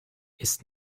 ist